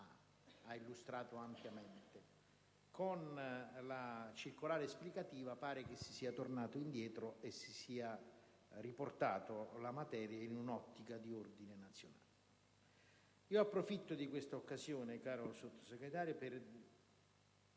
ha illustrato ampiamente. Con la circolare esplicativa pare che si sia tornati indietro e si sia riportata la materia in un'ottica di ordine nazionale. Approfitto di questa occasione, cara Sottosegretaria,